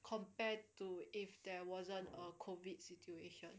compared to if there wasn't a COVID situation